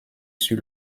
sur